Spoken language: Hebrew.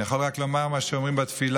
אני יכול רק לומר מה שאומרים בתפילה: